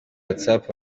whatsapp